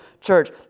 church